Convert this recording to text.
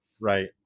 Right